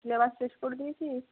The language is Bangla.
সিলেবাস শেষ করে দিয়েছিস